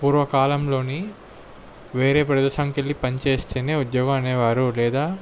పూర్వకాలంలోని వేరే ప్రదేశానికెళ్ళి పని చేస్తేనే ఉద్యోగ అనేవారు లేదా